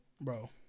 Bro